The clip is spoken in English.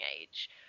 age